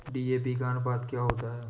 DAP का अनुपात क्या होता है?